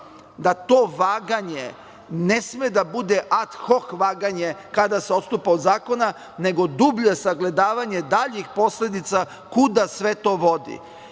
da to vaganje ne sme da bude ad hoc vaganje kada se odstupa od zakona nego dublje sagledavanje daljih posledica kuda sve to vodi? Ja